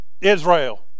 Israel